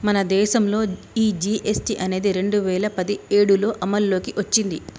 మన దేసంలో ఈ జీ.ఎస్.టి అనేది రెండు వేల పదిఏడులో అమల్లోకి ఓచ్చింది